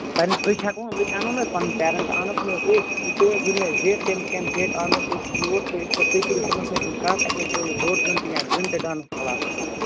پَنٕنۍ أسۍ ہیکوک أسۍ انوون حٲز پَنٕنۍ پیرنٹ انووکھ نا حٲز أسۍ تُہۍ حٲز وونیو اَسہِ ڈیٹ تُم کَمہِ ڈیٹہٕ انووکھ أسۍ یور تہٕ أس کَر تُہۍ کٔریو تِمن سۭتٮ۪ن کَتھ اَسہِ حٲز دیٲیو ڈوڈ گَنٹہ یا زٕ گَنٹہ ڈانس کٕلاسس حٲز